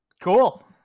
Cool